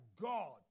God